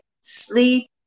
sleep